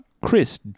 Chris